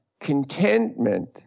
contentment